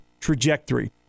trajectory